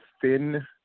thin